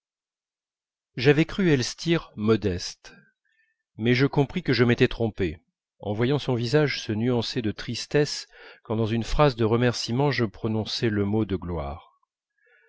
j'avais cru elstir modeste mais je compris que je m'étais trompé en voyant son visage se nuancer de tristesse quand dans une phrase de remerciements je prononçai le mot de gloire